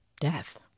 death